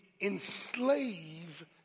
enslave